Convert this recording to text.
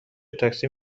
تاکسی